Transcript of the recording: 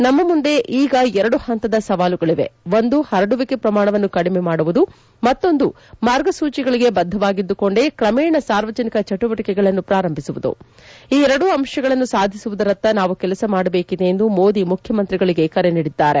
ನಮ್ಮ ಮುಂದೆ ಈಗ ಎರಡು ಪಂತದ ಸವಾಲುಗಳಿವೆ ಒಂದು ಪರಡುವಿಕೆ ಪ್ರಮಾಣವನ್ನು ಕಡಿಮೆ ಮಾಡುವುದು ಮತ್ತೊಂದು ಮಾರ್ಗಸೂಚಿಗಳಿಗೆ ಬದ್ಗವಾಗಿದ್ಲುಕೊಂಡೇ ಕ್ರಮೇಣ ಸಾರ್ವಜನಿಕ ಚಟುವಟಿಕೆಗಳನ್ನು ಪ್ರಾರಂಭಿಸುವುದು ಈ ಎರಡೂ ಅಂಶಗಳನ್ನು ಸಾಧಿಸುವುದರತ್ತ ನಾವು ಕೆಲಸ ಮಾಡಬೇಕಿದೆ ಎಂದು ಮೋದಿ ಮುಖ್ಯಮಂತ್ರಿಗಳಿಗೆ ಕರೆ ನೀಡಿದ್ದಾರೆ